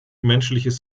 menschliches